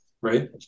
right